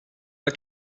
pas